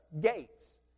gates